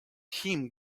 him